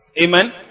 Amen